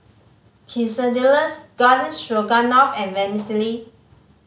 Quesadillas Garden Stroganoff and Vermicelli